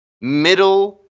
middle